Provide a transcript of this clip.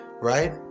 right